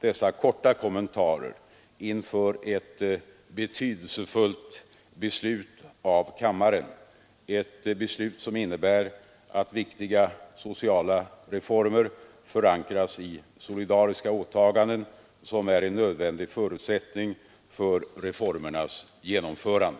dessa korta kommentarer inför ett betydelsefullt beslut av kammaren — ett beslut som innebär att viktiga sociala reformer förankras i de solidariska åtaganden som är en nödvändig förutsättning för reformernas genomförande.